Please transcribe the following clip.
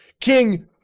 King